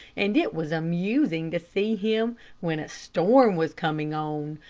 and it was amusing to see him when a storm was coming on,